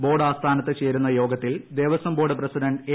board ആസ്ഥാനത്ത് ചേരുന്നൂ യോഗ്രത്തിൽ ദേവസ്വം ബോർഡ് പ്രസിഡന്റ് എ